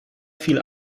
viel